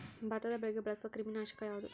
ಭತ್ತದ ಬೆಳೆಗೆ ಬಳಸುವ ಕ್ರಿಮಿ ನಾಶಕ ಯಾವುದು?